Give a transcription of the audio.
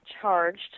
charged